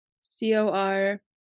C-O-R